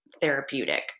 therapeutic